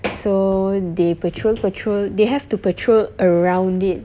so they patrol patrol they have to patrol around it